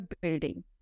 building